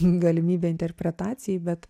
galimybė interpretacijai bet